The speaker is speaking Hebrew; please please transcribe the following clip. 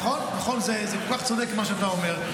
נכון, זה כל כך צודק מה שאתה אומר.